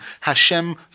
Hashem